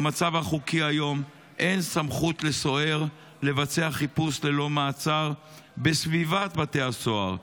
במצב החוקי היום אין לסוהר סמכות לבצע חיפוש ללא מעצר בסביבת בתי הסוהר,